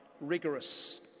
rigorous